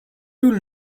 would